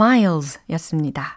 Miles였습니다